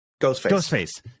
Ghostface